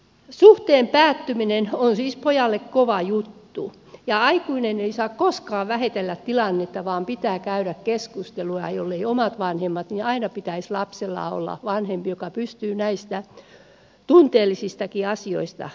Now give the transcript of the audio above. suhteen päättyminen on siis pojalle kova juttu ja aikuinen ei saa koskaan vähätellä tilannetta vaan pitää käydä keskustelua ja jolleivät omat vanhemmat niin aina pitäisi lapsella olla vanhempi joka pystyy näistä tunteellisistakin asioista keskustelemaan